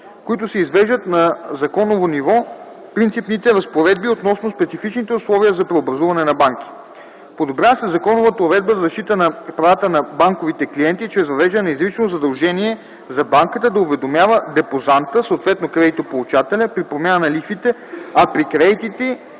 като се извеждат на законово ниво принципните разпоредби относно специфичните условия за преобразуване на банки. Подобрява се законовата уредба за защита на правата на банковите клиенти чрез въвеждане на изрично задължение за банката да уведомява депозанта (съответно кредитополучателя) при промяна на лихвите (а при кредитите